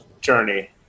journey